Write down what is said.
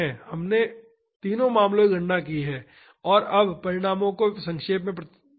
अब हमने तीनों मामलों की गणना की है और अब परिणामों को संक्षेप में प्रस्तुत करते हैं